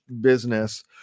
business